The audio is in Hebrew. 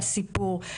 בסיפור.